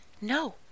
No